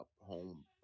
home